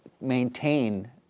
maintain